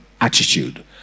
attitude